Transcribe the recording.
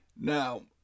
Now